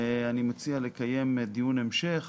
אני מציע לקיים דיון המשך